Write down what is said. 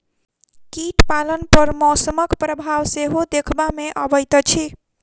कीट पालन पर मौसमक प्रभाव सेहो देखबा मे अबैत अछि